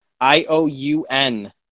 I-O-U-N